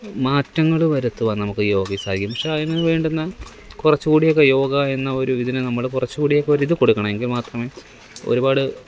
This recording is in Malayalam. മാറ്റങ്ങൾ വരുത്തുവാന് നമുക്ക് യോഗയ്ക്ക് സാധിക്കും പക്ഷെ അതിന് വേണ്ടുന്ന കുറച്ചുകൂടിയൊക്കെ യോഗ എന്ന ഒരു ഇതിനെ നമ്മൾ കുറച്ചുകൂടിയൊക്കെ ഒരു ഇത് കൊടുക്കണം എങ്കിൽ മാത്രമേ ഒരുപാട്